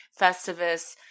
Festivus